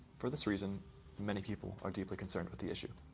for this reason many people are deeply concerned with the issue.